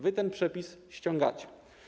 Wy ten przepis ściągacie.